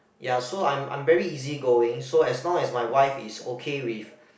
ya so I'm I'm very easy going so as long as my wife is okay with